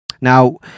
Now